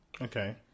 Okay